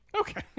Okay